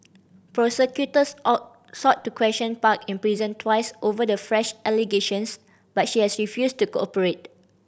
prosecutors out sought to question Park in prison twice over the fresh allegations but she has refused to cooperate